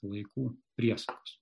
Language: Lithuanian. laikų priesaigos